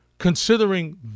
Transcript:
Considering